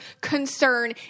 concern